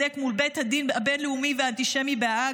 מול בית הדין הבין-לאומי והאנטישמי בהאג,